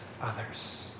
others